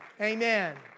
Amen